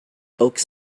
oaks